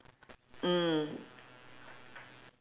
mm